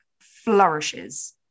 flourishes